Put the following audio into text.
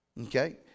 Okay